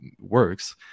works